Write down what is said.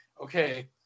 Okay